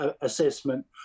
assessment